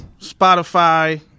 Spotify